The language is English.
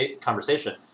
conversation